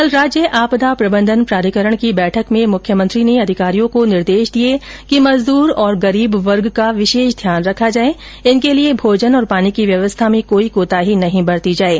कल राज्य आपदा प्रबधंन प्राधिकरण की बैठक में मुख्यमंत्री ने अधिकारियों को निर्देश दिए कि मजदूर और गरीब वर्ग का विशेष ध्यान रखा जाये और इनके लिए भोजन पानी की व्यवस्था में कोई कोताही नहीं बरती जाये